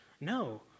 No